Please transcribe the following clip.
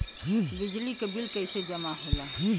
बिजली के बिल कैसे जमा होला?